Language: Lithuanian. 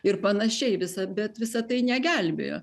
ir panašiai visa bet visa tai negelbėjo